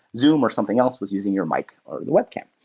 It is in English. zoom or something else was using your mic or the web cam.